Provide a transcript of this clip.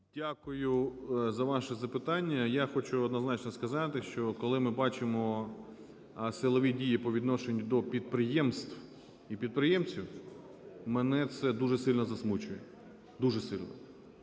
Дякую за ваше запитання. Я хочу однозначно сказати, що коли ми бачимо силові дії по відношенню до підприємств і підприємців, мене це дуже сильно засмучує, дуже сильно.